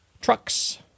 trucks